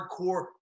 hardcore